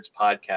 Podcast